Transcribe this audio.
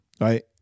right